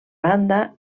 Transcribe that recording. banda